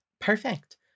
Perfect